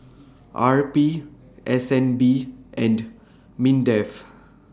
R P S N B and Mindef